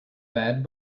bad